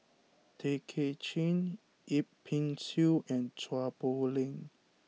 Tay Kay Chin Yip Pin Xiu and Chua Poh Leng